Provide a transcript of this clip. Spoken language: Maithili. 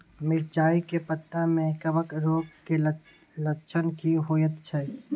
मिर्चाय के पत्ता में कवक रोग के लक्षण की होयत छै?